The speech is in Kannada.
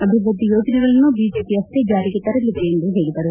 ಅಭವೃದ್ಧಿ ಯೋಜನೆಗಳನ್ನು ಬಿಜೆಒ ಅಷ್ಟೇ ಜಾರಿಗೆ ತರಲಿದೆ ಎಂದು ಹೇಳಿದರು